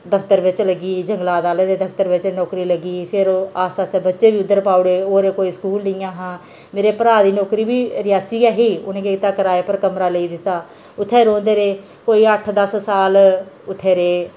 दफतर बिच्च लग्गी गेई जंगलात आहले दे दफतर बिच्च नैकरी लगी फिर ओह् आस्ता आस्ता बच्चे बी उद्धर पाई ओड़े होर कोई स्कूल नेईं हा मेरे भ्राऽ दी नौकरी बी रियासी गै ऐ ही उ'नें केह् कीता कराए उप्पर कमरा लेइे दित्ता उत्थे रौंह्दे रेह् कोई अट्ठ दस साल उत्थें रेह्